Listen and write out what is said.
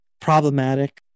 problematic